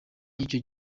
y’icyo